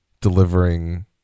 delivering